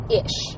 ish